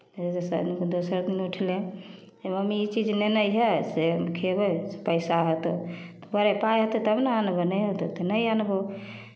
फेर जइसे दोसर दिन उठलै जे मम्मी ई चीज नेने अइहऽ से हम खयबै पैसा हइ तऽ बौआ रे पाइ हेतै तब ने अनबै नहि हेतै तऽ नहि अनबहु